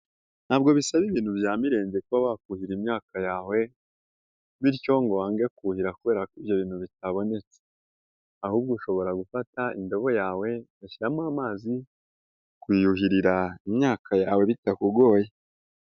Ntabwo bisaba ibintu bya mirenze kuba wakuhira imyaka yawe bityo ngo wange kuhira kubera ko ibyo bintu bitabonetse, ahubwo ushobora gufata indoho yawe ugashyiramo amazi kuyuhirira imyaka yawe bitakugoye.